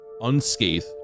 unscathed